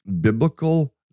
biblical